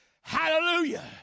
Hallelujah